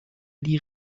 die